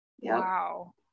Wow